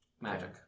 magic